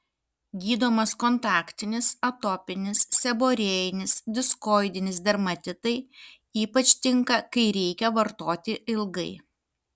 gydomas kontaktinis atopinis seborėjinis diskoidinis dermatitai ypač tinka kai reikia vartoti ilgai